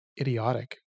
idiotic